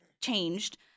changed